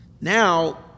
Now